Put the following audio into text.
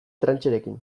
trancherekin